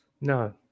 No